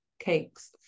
cakes